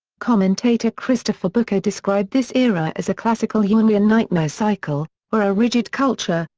commentator christopher booker described this era as a classical jungian nightmare cycle, where a rigid culture,